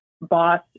boss